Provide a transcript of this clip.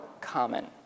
common